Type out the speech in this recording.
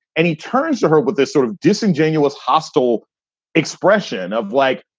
and he turns to her with this sort of disingenuous, hostile expression of like,